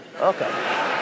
Okay